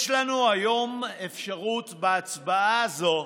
יש לנו היום אפשרות בהצבעה הזאת,